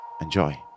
Enjoy